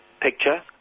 picture